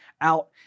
out